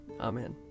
Amen